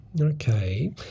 Okay